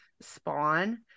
Spawn